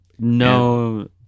No